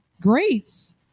greats